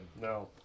No